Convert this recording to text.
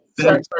sorry